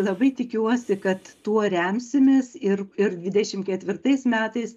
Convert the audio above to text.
labai tikiuosi kad tuo remsimės ir ir dvidešim ketvirtais metais